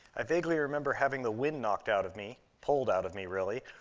i vaguely remember having the wind knocked out of me, pulled out of me really,